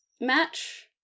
match